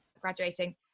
graduating